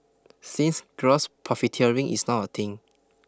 since gross profiteering is now a thing